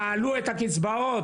תעלו את הקצבאות,